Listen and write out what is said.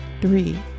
Three